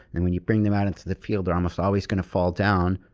and when you bring them out into the field they're almost always going to fall down,